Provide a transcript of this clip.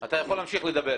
אתה יכול להמשיך לדבר.